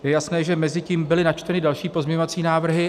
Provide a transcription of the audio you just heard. Je jasné, že mezitím byly načteny další pozměňovací návrhy.